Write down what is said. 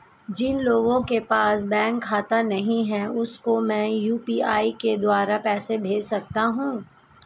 जिन लोगों के पास बैंक खाता नहीं है उसको मैं यू.पी.आई के द्वारा पैसे भेज सकता हूं?